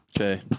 Okay